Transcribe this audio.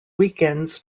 weekends